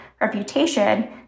reputation